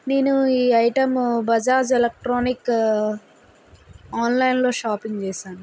నేను ఈ item Bajaj electronic online లో షాపింగ్ చేశాను